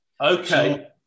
Okay